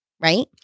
right